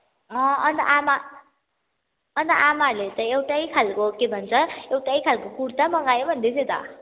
अँ अनि त आमा अनि त आमाहरूले त एउटै खालको के भन्छ एउटै खालको कुर्ता मगायो भन्दैथियो त